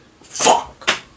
Fuck